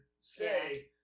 say